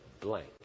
blank